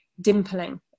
dimpling